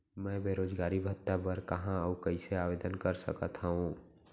मैं बेरोजगारी भत्ता बर कहाँ अऊ कइसे आवेदन कर सकत हओं?